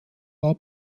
war